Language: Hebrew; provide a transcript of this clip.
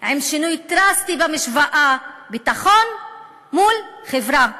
עם שינוי דרסטי במשוואה ביטחון מול חברה,